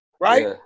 right